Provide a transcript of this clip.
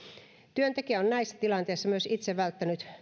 työntekijä on näissä tilanteissa myös itse välttänyt